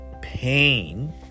pain